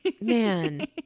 Man